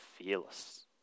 fearless